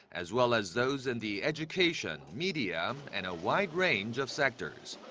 as well as those in the education, media and a wide range of sectors.